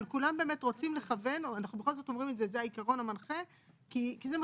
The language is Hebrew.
אבל בכל זאת אומרים שהעיקרון המנחה מכוון